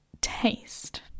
taste